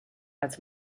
als